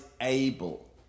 able